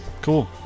Cool